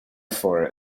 for